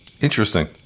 interesting